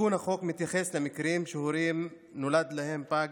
תיקון החוק מתייחס למקרים שלהורים נולד פג,